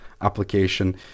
application